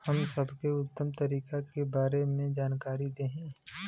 हम सबके उत्तम तरीका के बारे में जानकारी देही?